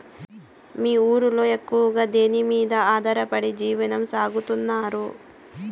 మీ ఊరిలో ఎక్కువగా దేనిమీద ఆధారపడి జీవనం సాగిస్తున్నారు?